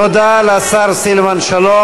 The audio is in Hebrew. תודה לשר סילבן שלום.